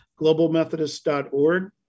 globalmethodist.org